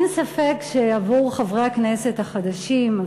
אין ספק שעבור חברי הכנסת החדשים,